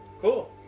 Cool